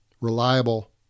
reliable